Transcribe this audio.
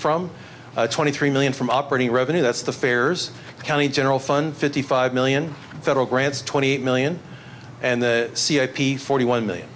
from twenty three million from operating revenue that's the fair's county general fund fifty five million federal grants twenty eight million and the c h p forty one million